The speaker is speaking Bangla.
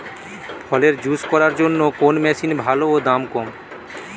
ফলের জুস করার জন্য কোন মেশিন ভালো ও দাম কম?